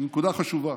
הנקודה חשובה,